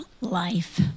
life